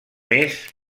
més